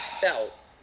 felt